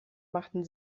machten